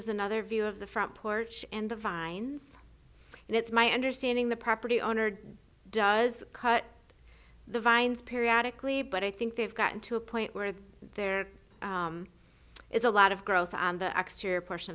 is another view of the front porch and the vines and it's my understanding the property owner does cut the vines periodic lee but i think they've gotten to a point where there is a lot of growth on the exterior portion